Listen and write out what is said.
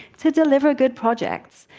to deliver good projects.